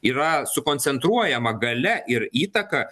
yra sukoncentruojama galia ir įtaka